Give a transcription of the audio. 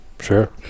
sure